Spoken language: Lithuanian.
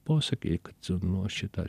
posakiai kad nu šita